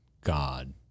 God